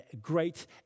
great